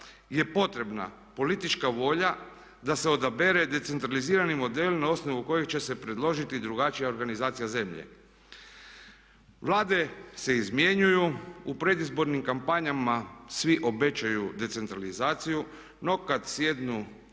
je potrebna politička volja da se odabere decentralizirani model na osnovu kojeg će se predložiti drugačija organizacija zemlje. Vlade se izmjenjuju, u predizbornim kampanjama svi obećaju decentralizaciju no kad sjednu